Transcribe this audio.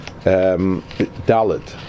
Dalit